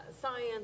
science